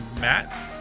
Matt